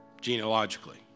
genealogically